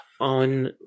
on